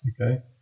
Okay